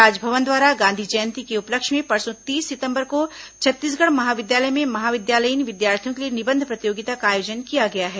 राजभवन द्वारा गांधी जयंती के उपलक्ष्य में परसों तीस सितंबर को छत्तीसगढ़ महाविद्यालय में महाविद्यालयीन विद्यार्थियों के लिए निबंध प्रतियोगिता का आयोजन किया गया है